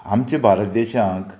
आमच्या भारत देशांक